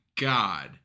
God